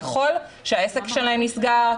ככל שהעסק שלהם נסגר,